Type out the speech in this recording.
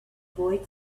boy